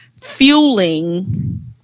fueling